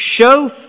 show